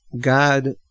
God